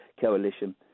coalition